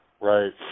Right